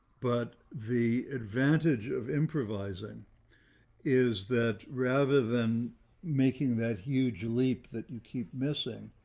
but the advantage of improvising is that rather than making that huge leap that you keep missing,